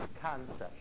concept